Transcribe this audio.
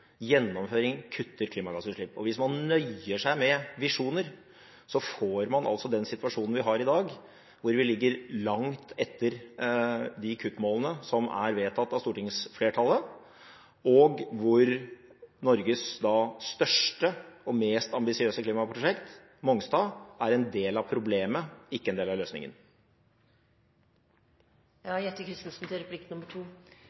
Gjennomføring kutter klimagassutslipp. Hvis man nøyer seg med visjoner, får man altså den situasjonen vi har i dag, hvor vi ligger langt etter de kuttmålene som er vedtatt av stortingsflertallet, og hvor Norges største og mest ambisiøse klimaprosjekt – Mongstad – er en del av problemet, ikke en del av